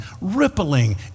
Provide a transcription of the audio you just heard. rippling